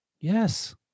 Yes